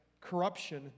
corruption